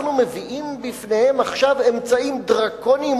מדוע אנחנו מביאים בפניהם עכשיו אמצעים דרקוניים